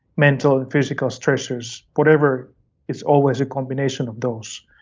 mental and physical stressors, whatever it's always a combination of those.